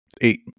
eight